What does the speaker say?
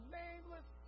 nameless